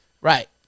Right